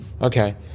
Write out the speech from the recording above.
Okay